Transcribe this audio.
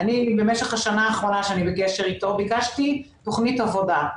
במשך השנה האחרונה שאני בקשר איתו ביקשתי תוכנית עבודה,